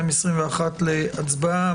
להצבעה.